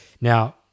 Now